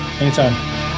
Anytime